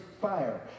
fire